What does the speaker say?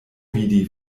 vidi